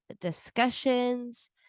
discussions